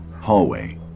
Hallway